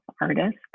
artist